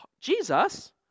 Jesus